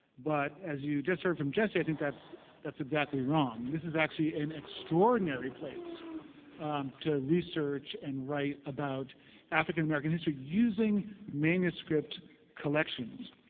but as you just heard from jesse, i think that's that's exactly wrong. this is actually an extraordinary place to research and write about african american history using manuscript collections.